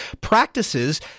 practices